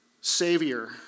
savior